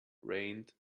rained